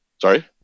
Sorry